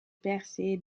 percé